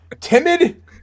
timid